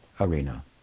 arena